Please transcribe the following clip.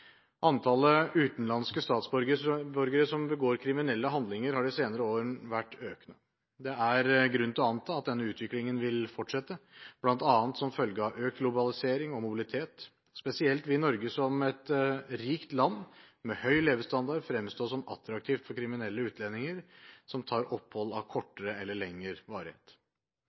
Antallet utenlandske statsborgere som begår kriminelle handlinger, har de senere årene vært økende. Det er grunn til å anta at denne utviklingen vil fortsette, bl.a. som følge av økt globalisering og mobilitet. Spesielt vil Norge som et rikt land med høy levestandard, fremstå som attraktivt for kriminelle utlendinger som tar opphold av kortere eller lengre varighet.